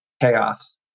chaos